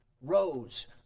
rose